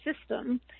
system